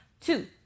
two